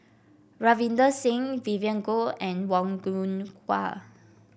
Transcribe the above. Ravinder Singh Vivien Goh and Wong Yoon Wah